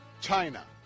China